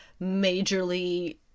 majorly